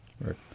Right